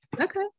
Okay